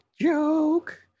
joke